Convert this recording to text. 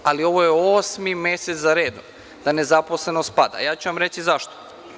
Ali, ovo je osmi mesec za redom da nezaposlenost pada, a reći ću vam i zašto.